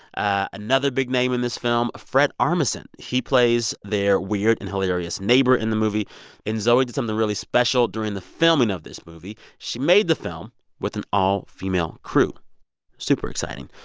another big name in this film, fred armisen. he plays their weird and hilarious neighbor in the movie and zoe did something really special during the filming of this movie. she made the film with an all-female crew super exciting.